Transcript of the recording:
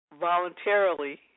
voluntarily